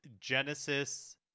Genesis